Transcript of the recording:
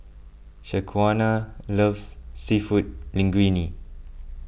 Shaquana loves Seafood Linguine